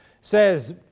says